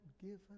given